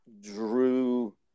drew